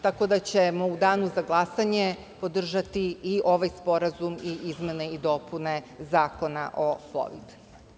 Tako da, u danu za glasanje ćemo podržati i ovaj sporazum i izmene i dopune Zakona o plovidbi.